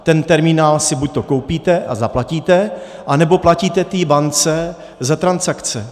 Ten terminál si buďto koupíte a zaplatíte, anebo platíte té bance za transakce.